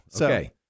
okay